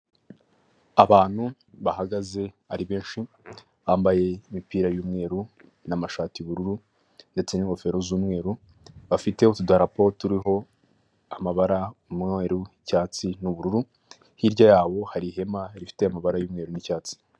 Abantu bahagaze ari benshi bambaye imipira y'umweru naamashati y'ubururu ndetse n'ingofero z'umweru, bafite utudarapo turiho amabara, umweru icyatsi n'ubururu hirya yabo hari ihema rifite amabara y'umweru n'icyatsi.